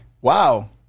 Wow